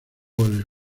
goles